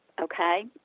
okay